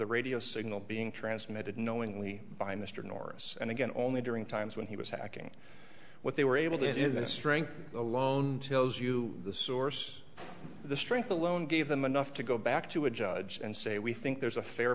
the radio signal being transmitted knowingly by mr norris and again only during times when he was hacking what they were able to do the strength alone tells you the source the strength alone gave them enough to go back to a judge and say we think there's a fair